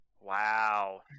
wow